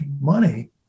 money